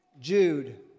Jude